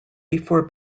before